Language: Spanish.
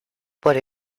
por